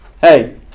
hey